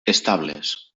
estables